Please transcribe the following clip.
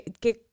que